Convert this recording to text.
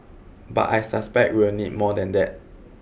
but I suspect we will need more than that